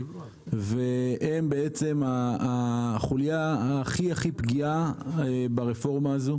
הם החוליה הכי פגיעה ברפורמה הזו.